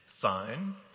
sign